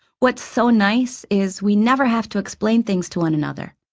what's so nice is we never have to explain things to one another.